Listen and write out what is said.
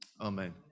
amen